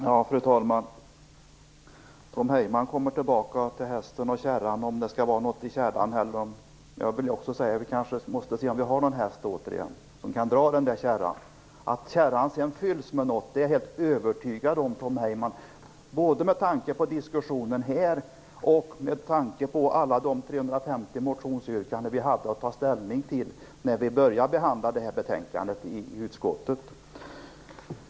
Fru talman! Tom Heyman kommer tillbaka till hästen och kärran och om det skall vara någonting i kärran. Då vill jag säga att vi kanske måste se om vi har någon häst som kan dra kärran. Att kärran sedan fylls med något är jag helt övertygad om, Tom Heyman, både med tanke på diskussionen här och med tanke på alla de 350 motionsyrkanden vi hade att ta ställning till när vi började behandla det här betänkandet i utskottet.